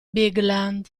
bigland